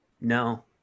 no